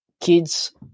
kids